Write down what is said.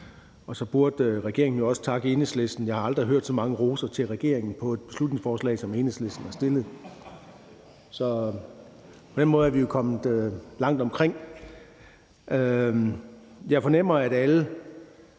burde jo så også takke Enhedslisten. For jeg har aldrig hørt så meget ros til regeringen i forhold til et beslutningsforslag, som Enhedslisten har fremsat. Så på den måde er vi jo kommet langt omkring. Jeg fornemmer, at alle